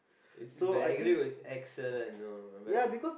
it's his very got his accent and all but